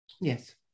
Yes